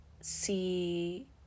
see